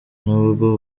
n’ubwo